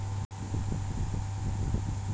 গিরিল chilli মালে হছে সবুজ লংকা যেট খ্যাইতে ঝাল হ্যয়